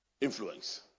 influence